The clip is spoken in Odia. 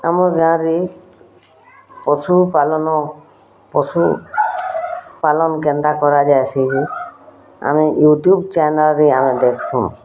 ଆମର୍ ଗାଁରେ ପଶୁ ପାଲନ୍ ପଶୁ ପାଲନ୍ କେନ୍ତା କରାଯାଏସି ଯେ ଆମେ ୟୁଟ୍ୟୁବ୍ ଚ୍ୟାନେଲ୍ରେ ଆମେ ଦେଖ୍ସୁଁ